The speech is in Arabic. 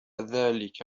ذلك